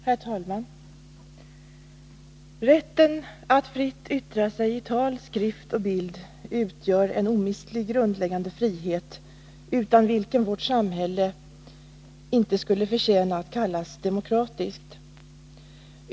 Herr talman! Rätten att fritt yttra sig i tal, skrift och bild utgör en omistlig grundläggande frihet, utan vilken vårt samhälle inte skulle förtjäna att kallas demokratiskt.